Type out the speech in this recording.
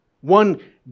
One